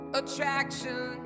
attraction